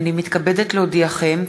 הנני מתכבדת להודיעכם,